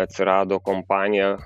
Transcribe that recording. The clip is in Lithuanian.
atsirado kompanija